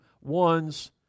ones